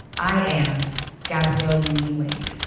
i am gabrielle union-wade.